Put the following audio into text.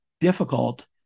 difficult